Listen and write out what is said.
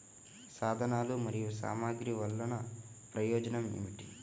సాధనాలు మరియు సామగ్రి వల్లన ప్రయోజనం ఏమిటీ?